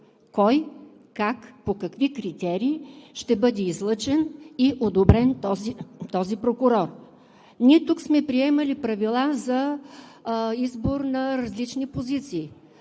кой, как, по какви критерии ще бъде излъчен и одобрен този прокурор. Ние тук сме приемали правила за избор на различни позиции